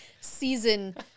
Season